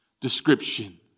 description